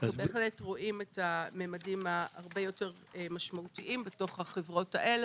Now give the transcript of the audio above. אנחנו בהחלט רואים ממדים הרבה יותר משמעותיים בתוך החברות האלה.